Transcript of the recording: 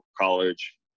college